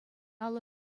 алӑ